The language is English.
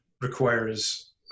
requires